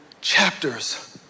chapters